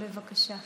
בבקשה.